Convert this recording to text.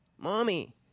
Mommy